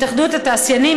התאחדות התעשיינים,